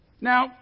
Now